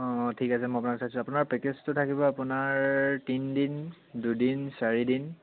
অঁ অঁ ঠিক আছে মই আপোনাক চাইছোঁ আপোনাৰ পেকেজটো থাকিব আপোনাৰ তিনিদিন দুদিন চাৰিদিন